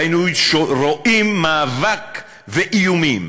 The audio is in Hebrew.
והיינו רואים מאבק ואיומים.